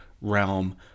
realm